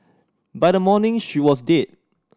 by the morning she was dead